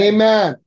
Amen